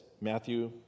Matthew